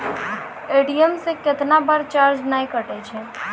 ATM से कैतना बार चार्ज नैय कटै छै?